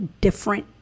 different